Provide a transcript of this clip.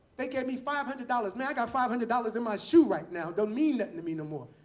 they gave me five hundred dollars. man, i got five hundred dollars in my shoe right now don't mean nothing to me no more.